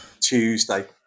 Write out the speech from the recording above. Tuesday